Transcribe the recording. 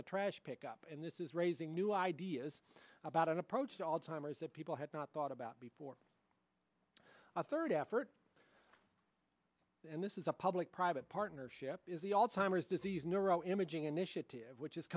the trash pickup and this is raising new ideas about an approach to alzheimer's that people had not thought about before a third effort and this is a public private partnership is the all timers disease neuroimaging initiative which is